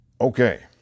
Okay